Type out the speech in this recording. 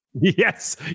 Yes